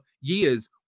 years